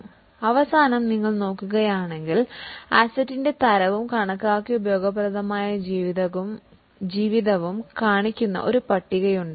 ഇപ്പോൾ അവസാനം നിങ്ങൾ നോക്കുകയാണെങ്കിൽ അസറ്റിന്റെ തരവും കണക്കാക്കിയ ഉപയോഗപ്രദമായ ലൈഫും കാണിക്കുന്ന ഒരു പട്ടികയുണ്ട്